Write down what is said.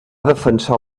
defensar